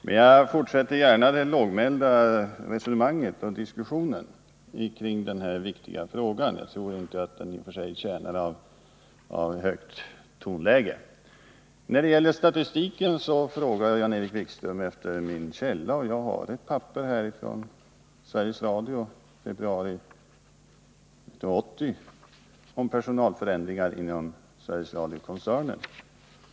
Men jag fortsätter gärna det lågmälda resonemanget i diskussionen kring den här viktiga frågan; jag tror inte att den i och för sig är betjänt av ett högt tonläge. När det gäller statistiken frågade Jan-Erik Wikström efter min källa. Jag har ett papper här från Sveriges Radio, daterat februari 1980, om personalförändringar inom Sveriges Radio-koncernen.